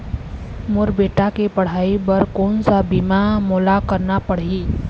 मोर बेटा के पढ़ई बर कोन सा बीमा मोला करना पढ़ही?